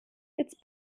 jetzt